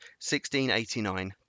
1689